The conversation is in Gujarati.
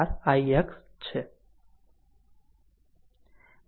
4 ix છે